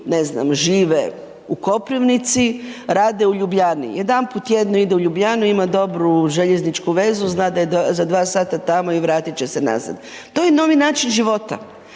ne znam žive u Koprivnici, rade u Ljubljani, jedanput tjedno ima u Ljubljanu ima dobru željezničku vezu, zna da je za dva sata tamo i vratit će se nazad. To je novi način života,